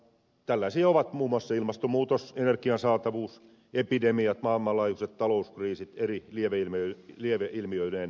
tällaisia ovat muun muassa ilmastonmuutos energian saatavuus epidemiat maailmanlaajuiset talouskriisit eri lieveilmiöineen ja niin edelleen